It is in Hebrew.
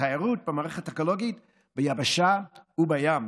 בתיירות ובמערכת האקולוגית ביבשה ובים.